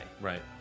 right